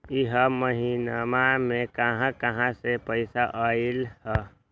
इह महिनमा मे कहा कहा से पैसा आईल ह?